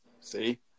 See